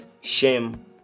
shame